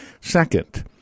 Second